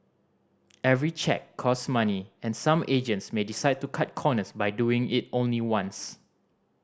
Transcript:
every check costs money and some agents may decide to cut corners by doing it only once